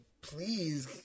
please